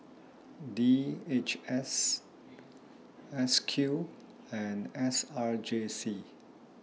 D H S S Q and S R J C